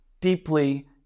deeply